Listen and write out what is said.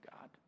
God